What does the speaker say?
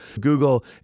Google